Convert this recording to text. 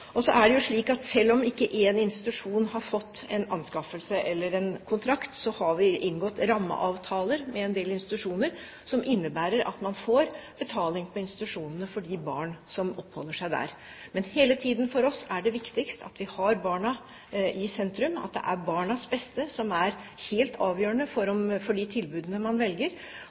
Så er det sånn at selv om en institusjon ikke har fått en kontrakt, har vi inngått rammeavtaler med en del institusjoner, som innebærer at institusjonene får betaling for de barna som oppholder seg der. For oss er det hele tiden viktigst å ha barna i sentrum, det er barnas beste som er helt avgjørende for de tilbudene man velger.